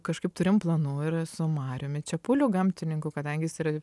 kažkaip turim planų ir su mariumi čepuliu gamtininku kadangi jis yra